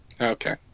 Okay